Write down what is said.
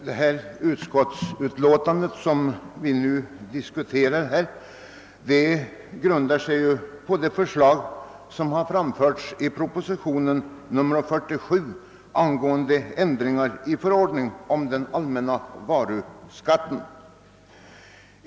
Herr talman! Det utskottsbetänkande som vi nu diskuterar grundar sig på de förslag som framförts i proposition nr 47 angående ändring i förordningen om allmän varuskatt.